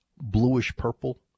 bluish-purple